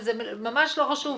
זה ממש לא חשוב,